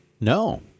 No